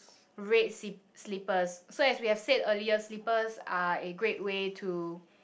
red sip slippers so as we have said earlier slippers are a great way to